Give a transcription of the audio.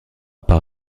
par